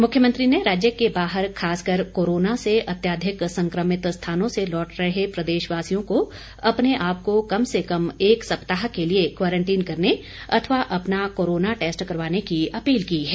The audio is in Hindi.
मुख्यमंत्री ने राज्य के बाहर खासकर कोरोना से अत्यधिक संकमित स्थानों से लौट रहे प्रदेशवासियों को अपने आप को कम से कम एक सप्ताह के लिए क्वारंटीन करने अथवा अपना कोरोना टैस्ट करवाने की अपील की है